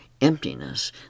emptiness